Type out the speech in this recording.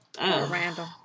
randall